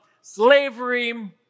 slavery